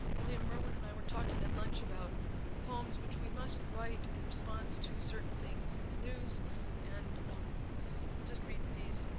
william merwin and i were talking at lunch about poems which we must write in response to certain things in the news and i'll just read these.